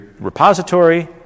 repository